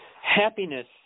happiness